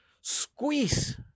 squeeze